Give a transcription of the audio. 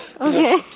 Okay